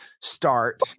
start